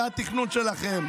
זה היה התכנון שלכם,